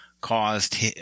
caused